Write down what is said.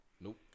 Nope